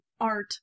Art